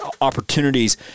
opportunities